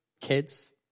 kids